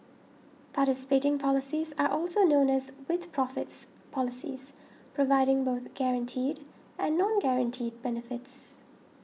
participating policies are also known as 'with profits' policies providing both guaranteed and non guaranteed benefits